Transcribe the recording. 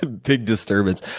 ah big disturbance.